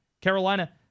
Carolina